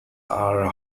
are